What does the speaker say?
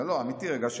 אמיתי רגע.